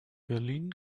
berlin